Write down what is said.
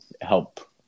help